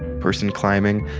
person climbing,